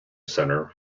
centre